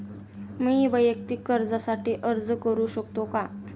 मी वैयक्तिक कर्जासाठी अर्ज करू शकतो का?